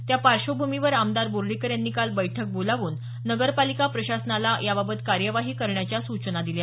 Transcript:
त्यापार्श्वभूमीवर आमदार बोर्डीकर यांनी काल बैठक बोलावून नगरपालिका प्रशासनाला याबाबत कार्यवाही करण्याच्या सूचना दिल्या